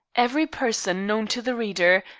every person known to the reader,